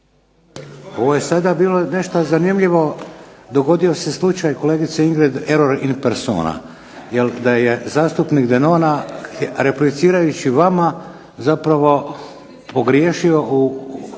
Ovo je sada bilo nešto zanimljivo. Dogodio se slučaj kolegice Ingrid "error in persona" jer da je zastupnik Denona replicirajući vama zapravo pogriješio